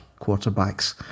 quarterbacks